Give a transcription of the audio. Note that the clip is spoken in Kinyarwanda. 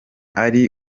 ari